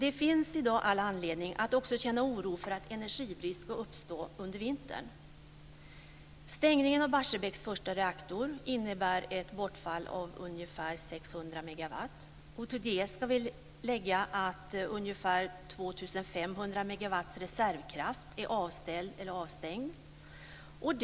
Det finns i dag all anledning att också känna oro för att energibrist ska uppstå under vintern. Stängningen av Barsebäcks första reaktor innebär ett bortfall av ungefär 600 megawatt. Till det ska vi lägga att ungefär 2 500 megawatts reservkraft är avställd eller avstängd.